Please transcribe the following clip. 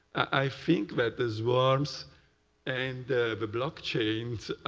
i think that the swarms and the blockchains